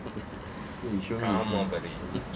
you show me